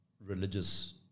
religious